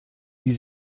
wie